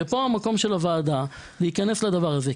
ופה המקום של הוועדה להיכנס לנושא הזה,